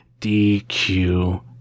DQ